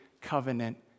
covenant